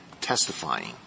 testifying —